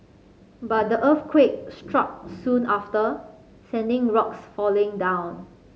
but the earthquake struck soon after sending rocks falling down